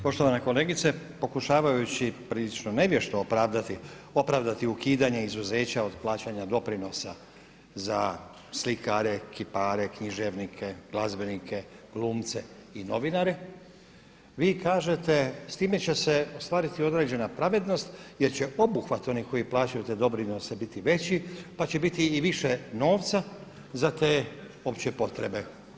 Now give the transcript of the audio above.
Poštovana kolegice, pokušavajući prilično nevješto opravdati ukidanje izuzeća od plaćanja doprinosa za slikare, kipare, književnike, glazbenike, glumce i novinare vi kažete s time će se ostvariti određena pravednost jer će obuhvat onih koji plaćaju te doprinose biti veći, pa će biti i više novca za te opće potrebe.